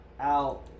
Out